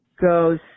goes